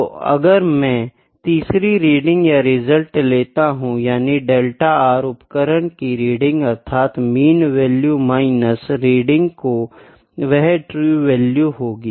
तो अगर मैं तीसरी रीडिंग या परिणाम लेता हूं यानि डेल्टा r उपकरण की रीडिंग अर्थात मीन वैल्यू माइनस रीडिंग तो वह ट्रू वैल्यू होगी